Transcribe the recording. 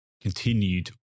continued